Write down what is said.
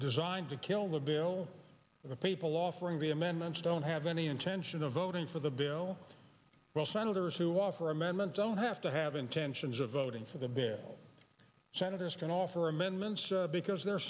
designed to kill the bill the people offering the amendments don't have any intention of voting for the bill while senators who offer amendments don't have to have intentions of voting for the big senators can offer amendments because they're